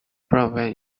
broadband